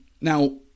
Now